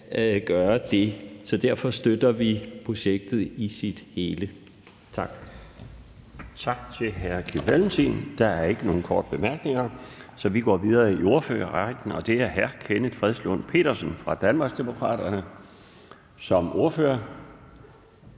Den fg. formand (Bjarne Laustsen): Tak til hr. Kim Valentin. Der er ikke nogen korte bemærkninger, så vi går videre i ordførerrækken. Det er nu hr. Kenneth Fredslund Petersen fra Danmarksdemokraterne som ordfører.